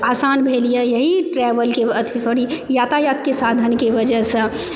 आसान भेल यऽ यही ट्रेवलके अथी सॉरी यातायातके साधनके वजहसँ